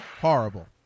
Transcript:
horrible